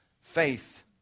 faith